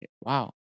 wow